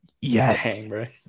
yes